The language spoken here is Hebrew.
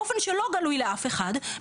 באופן שלא גלוי לאף אחד,